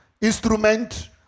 instrument